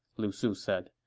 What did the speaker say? lu su said.